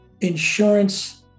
insurance